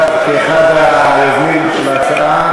אחד היוזמים של ההצעה,